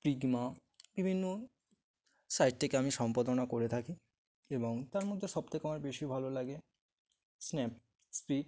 পিগমা বিভিন্ন সাইট থেকে আমি সম্পাদনা করে থাকি এবং তার মধ্যে সবথেকে আমার বেশি ভালো লাগে স্ন্যাপসীড